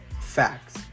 facts